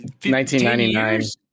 1999